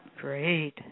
Great